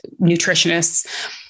nutritionists